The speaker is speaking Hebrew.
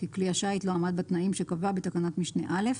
כי כלי השיט לא עמד בתנאים שקבע בתקנת משנה (א)